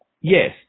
Yes